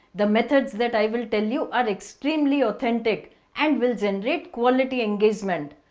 the methods that i will tell you are extremely authentic and will generate quality engagement.